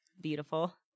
Beautiful